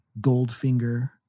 goldfinger